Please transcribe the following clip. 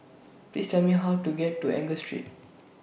Please Tell Me How to get to Angus Street